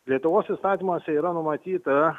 lietuvos įstatymuose yra numatyta